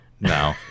no